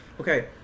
Okay